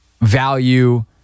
value